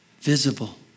visible